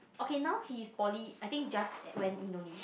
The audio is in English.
okay now he is poly I think just went in only